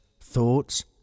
thoughts